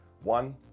one